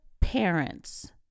parents